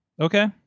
Okay